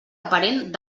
aparent